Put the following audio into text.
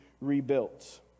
rebuilt